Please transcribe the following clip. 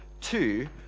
two